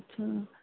हां